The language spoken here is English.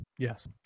Yes